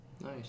Nice